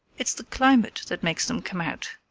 it's the climate that makes them come out.